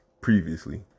Previously